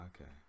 okay